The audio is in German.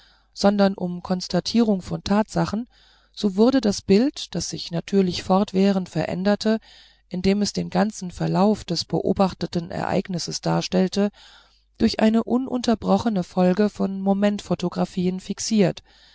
sondern um konstatierung von tatsachen so wurde das bild das sich natürlich fortwährend veränderte indem es den ganzen verlauf des beobachteten ereignisses darstellte durch eine ununterbrochene folge von momentphotographien fixiert